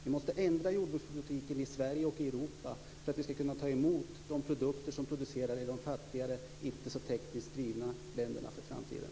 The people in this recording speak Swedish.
Vi måste ändra jordbrukspolitiken i Sverige och i Europa för att kunna ta emot de produkter som produceras i de fattigare, inte så tekniskt drivna, länderna i framtiden.